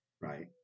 right